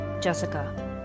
Jessica